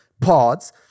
pods